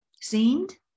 Seemed